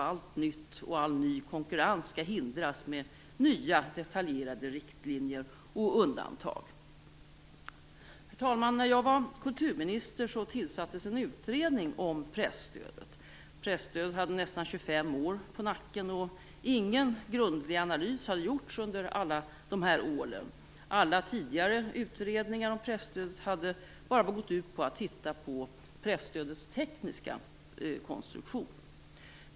Allt nytt och all ny konkurrens skall hindras med nya detaljerade riktlinjer och undantag. Herr talman! När jag var kulturminister tillsattes en utredning om presstödet. Presstödet hade nästan 25 år på nacken, och det hade inte gjorts någon grundlig analys under alla de här åren. Alla tidigare utredningar om presstödet hade bara gått ut på att titta på presstödets tekniska konstruktion.